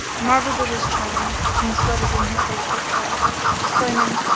marvelled at his charms and sweated in her petticoat trousers, exclaiming,